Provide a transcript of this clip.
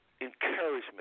encouragement